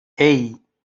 hey